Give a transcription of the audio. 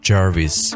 Jarvis